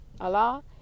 Allah